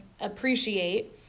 appreciate